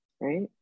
right